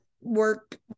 work